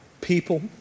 People